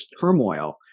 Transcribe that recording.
turmoil